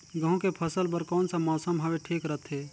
गहूं के फसल बर कौन सा मौसम हवे ठीक रथे?